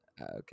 okay